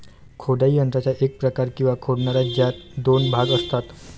खोदाई यंत्राचा एक प्रकार, किंवा खोदणारा, ज्यात दोन भाग असतात